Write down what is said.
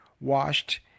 washed